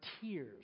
tears